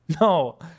No